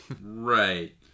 right